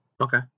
Okay